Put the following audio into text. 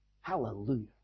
Hallelujah